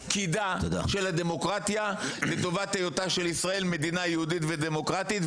בעיניי קידה של הדמוקרטיה לטובת היותה של ישראל מדינה יהודית ודמוקרטית,